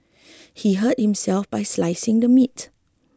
he hurt himself while slicing the meat